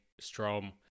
Strom